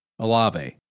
Alave